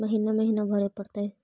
महिना महिना भरे परतैय?